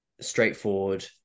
straightforward